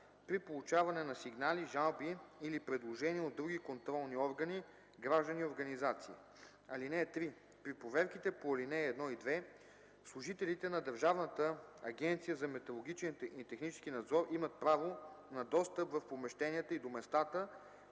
(3) При проверките по ал. 1 и 2 служителите на Държавната агенция за метрологичен и технически надзор имат право на достъп в помещенията и до местата,